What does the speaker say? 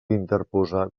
interposar